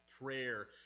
prayer